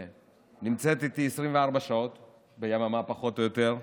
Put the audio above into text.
שנמצא איתי 24 שעות ביממה פחות או יותר,